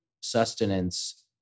sustenance